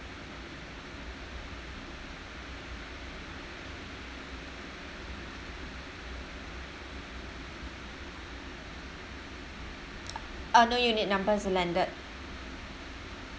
uh no unit number it's a landed